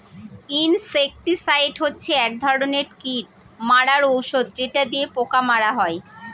insecticide হচ্ছে এক ধরনের কীট মারার ঔষধ যেটা দিয়ে পোকা মারা হয়